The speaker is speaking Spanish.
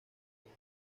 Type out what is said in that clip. ello